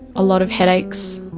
a lot of headaches,